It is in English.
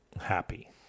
happy